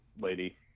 lady